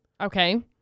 Okay